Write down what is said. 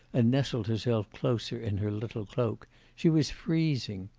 and nestled herself closer in her little cloak she was freezing.